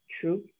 true